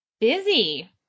busy